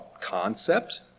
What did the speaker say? concept